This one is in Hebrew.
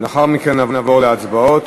לאחר מכן נעבור להצבעות.